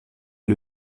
est